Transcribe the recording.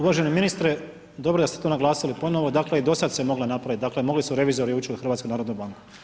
Uvaženi ministre, dobro da ste to naglasili ponovno, dakle i dosad se moglo napraviti, dakle mogli su revizori ući u HNB.